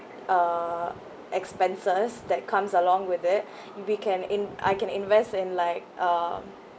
uh expenses that comes along with it we can in~ I can invest in like um